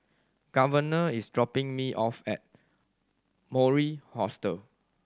Governor is dropping me off at Mori Hostel